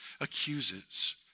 accuses